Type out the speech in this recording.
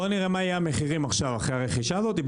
בוא נראה מה יהיו המחירים עכשיו אחרי הרכישה הזאתי,